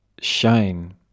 shine